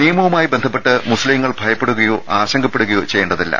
നിയമവുമായി ബന്ധപ്പെട്ട് മുസ്ലിംങ്ങൾ ഭയപ്പെ ടുകയോ ആശങ്കപ്പെടുകയോ ചെയ്യേണ്ടതില്ല